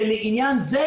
ולעניין זה,